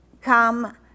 come